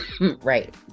Right